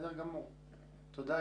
תודה.